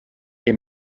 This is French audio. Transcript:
est